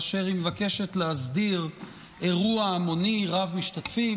באשר היא מבקשת להסדיר אירוע המוני רב-משתתפים,